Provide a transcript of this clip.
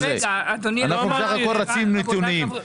אנחנו סך הכל רצינו נתונים,